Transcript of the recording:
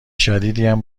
شدیدیم